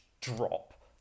drop